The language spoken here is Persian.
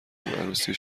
عروسی